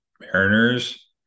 Mariners